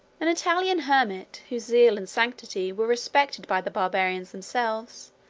an italian hermit, whose zeal and sanctity were respected by the barbarians themselves,